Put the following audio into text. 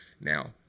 Now